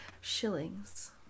shillings